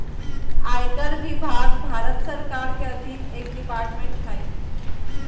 आयकर विभाग भारत सरकार के अधीन एक डिपार्टमेंट हय